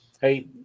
Hey